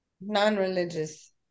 Non-religious